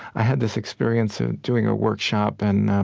i had this experience ah doing a workshop, and